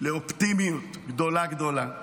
לאופטימיות גדולה גדולה.